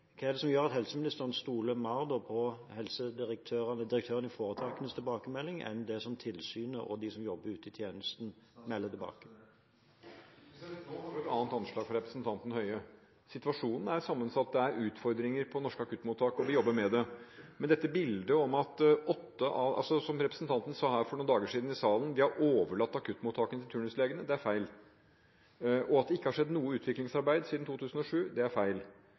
Hva er det som gjør at helseministeren stoler mer på direktøren i foretakenes tilbakemelding enn det som tilsynet og de som jobber ute i tjenesten, melder tilbake? Nå har vi et annet anslag fra representanten Høie. Situasjonen er sammensatt – det er utfordringer på norske akuttmottak, og vi jobber med det. Det som representanten for noen dager siden sa her i salen, at vi har overlatt akuttmottakene til turnuslegene, er feil, og at det ikke har skjedd noe utviklingsarbeid siden 2007, er feil.